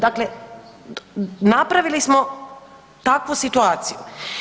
Dakle, napravili smo takvu situaciju.